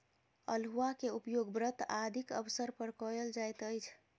अउलुआ के उपयोग व्रत आदिक अवसर पर कयल जाइत अछि